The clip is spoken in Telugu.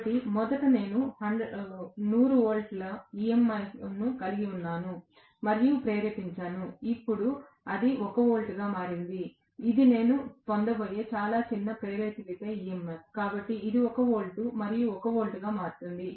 కాబట్టి మొదట నేను 100 వోల్ట్ల EMF ను కలిగి ఉన్నాను మరియు ప్రేరేపించాను ఇప్పుడు అది 1 వోల్ట్గా మారింది ఇది నేను పొందబోయే చాలా చిన్న ప్రేరిత EMF కాబట్టి ఇది 1 వోల్ట్ మరియు 1 వోల్ట్గా మారుతుంది